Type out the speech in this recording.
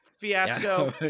Fiasco